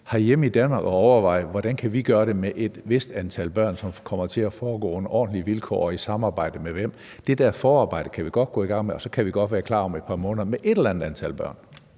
at overveje, hvordan vi kan gøre det herhjemme i Danmark med et vist antal børn, som kommer hertil, og at det foregår under ordentlige vilkår og i samarbejde med hvem. Det der forarbejde kan vi godt gå i gang med, og så kan vi godt være klar om et par måneder med et eller andet antal børn.